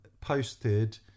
posted